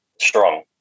strong